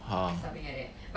!huh!